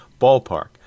ballpark